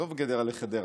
עזוב גדרה וחדרה,